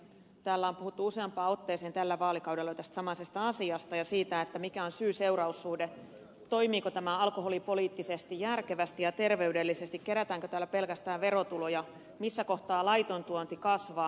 täällä on puhuttu useampaan otteeseen tällä vaalikaudella tästä samaisesta asiasta ja siitä mikä on syyseuraus suhde toimiiko tämä alkoholipoliittisesti järkevästi ja terveydellisesti kerätäänkö tällä pelkästään verotuloja missä kohtaa laiton tuonti kasvaa